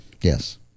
Yes